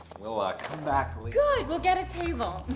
we'll ah come back good. we'll get a table.